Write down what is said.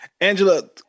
Angela